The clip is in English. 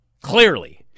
Clearly